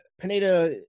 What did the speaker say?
Pineda